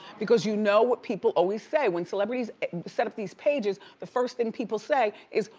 because you know what people always say. when celebrities set up these pages, the first thing people say is,